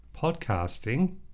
podcasting